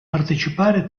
partecipare